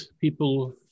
people